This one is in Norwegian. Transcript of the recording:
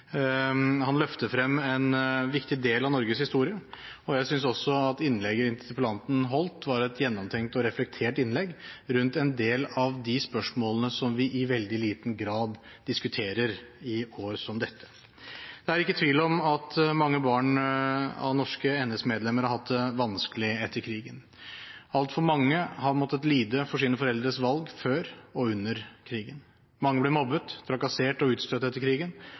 Han løfter frem en viktig del av Norges historie, og jeg synes også at innlegget interpellanten holdt, var et gjennomtenkt og reflektert innlegg rundt en del av de spørsmålene som vi i veldig liten grad diskuterer i år som dette. Det er ikke tvil om at mange barn av norske NS-medlemmer har hatt det vanskelig etter krigen. Altfor mange har måttet lide for sine foreldres valg før og under krigen. Mange ble mobbet, trakassert og utstøtt etter krigen